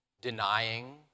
denying